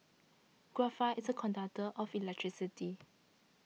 graphite is a conductor of electricity